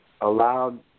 allowed